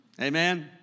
Amen